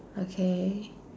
okay